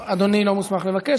אדוני לא מוסמך לבקש.